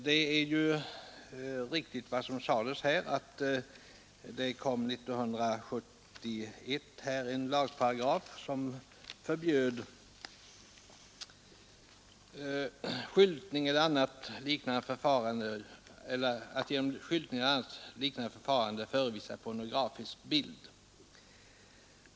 Det är riktigt vad som sägs i svaret att det 1971 tillkom en lagparagraf med förbud att genom skyltning eller annat liknande förfarande förevisa pornografisk bild.